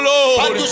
Lord